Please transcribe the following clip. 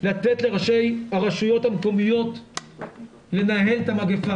לתת לראשי הרשויות המקומיות לנהל את המגפה.